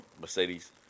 Mercedes